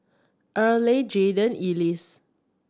Earley Jaden Ellis